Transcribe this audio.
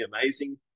amazing